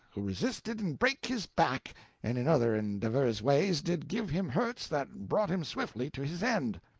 who resisted and brake his back and in other and divers ways did give him hurts that brought him swiftly to his end.